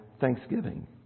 thanksgiving